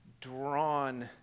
drawn